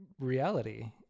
reality